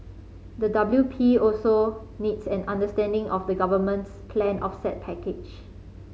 the W P also needs an understanding of the government's planned offset package